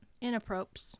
Inappropriate